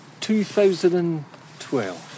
2012